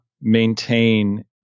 maintain